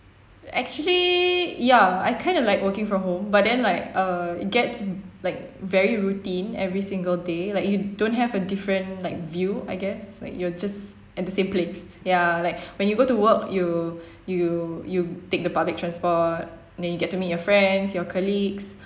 actually ya I kind of like working from home but then like err it gets like very routine every single day like you don't have a different like view I guess like you're just at the same place ya like when you go to work you you you take the public transport and then you get to meet your friends your colleagues